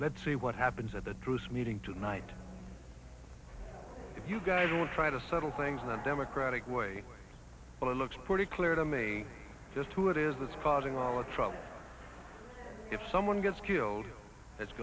let's see what happens at the truce meeting tonight if you guys will try to settle things in a democratic way but it looks pretty clear to me just who it is that's causing all the trouble if someone gets killed it's